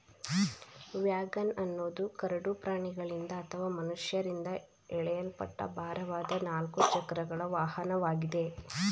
wagon ಅನ್ನೋದು ಕರಡು ಪ್ರಾಣಿಗಳಿಂದ ಅಥವಾ ಮನುಷ್ಯರಿಂದ ಎಳೆಯಲ್ಪಟ್ಟ ಭಾರವಾದ ನಾಲ್ಕು ಚಕ್ರಗಳ ವಾಹನವಾಗಿದೆ